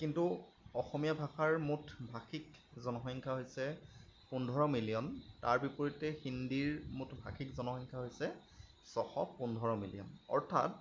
কিন্তু অসমীয়া ভাষাৰ মুঠ ভাষিক জনসংখ্যা হৈছে পোন্ধৰ মিলিয়ন তাৰ বিপৰীতে হিন্দীৰ মুঠ ভাষিক জনসংখ্যা হৈছে ছশ পোন্ধৰ মিলিয়ন অৰ্থাৎ